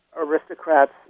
aristocrats